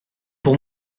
pour